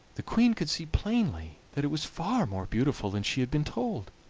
the queen could see plainly that it was far more beautiful than she had been told,